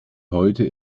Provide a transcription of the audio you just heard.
heute